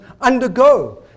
undergo